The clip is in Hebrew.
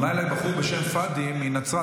פנה אליי בדיוק בחור בשם פאדי מנצרת,